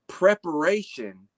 preparation